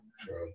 True